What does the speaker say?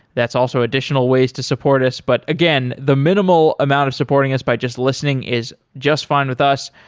that's also additional ways to support us. but again, the minimal amount of supporting us by just listening is just fine with us.